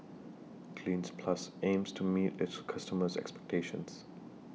Cleanz Plus aims to meet its customers' expectations